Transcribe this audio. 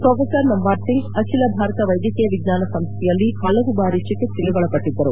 professor Namwar Singh ಅಖಿಲ ಭಾರತ ವೈದ್ಯಕೀಯ ವಿಜ್ಞಾನ ಸಂಸ್ವೆಯಲ್ಲಿ ಹಲವು ಬಾರಿ ಚಿಕಿತ್ಸೆಗೆ ಒಳಪಟ್ಟಿದ್ದರು